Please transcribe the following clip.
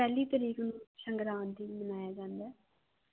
ਪਹਿਲੀ ਤਰੀਕ ਸੰਗਰਾਂਦ ਦੀ ਮਨਾਇਆ ਜਾਂਦਾ